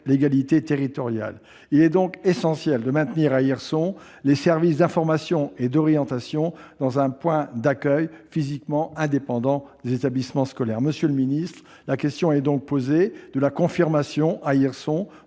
l'égalité territoriale. Il est donc essentiel de maintenir à Hirson les services d'information et d'orientation dans un point d'accueil physiquement indépendant des établissements scolaires. Monsieur le secrétaire d'État, la question est donc posée de la confirmation, à Hirson,